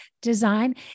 design